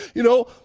you know,